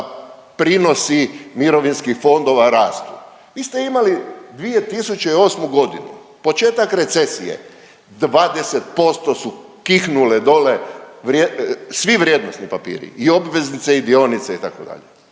prinosi mirovinskih fondova rastu. Vi ste imali 2008. g., početak recesije, 20% su kihnule dolje svi vrijednosni papiri, i obveznice i dionice, itd.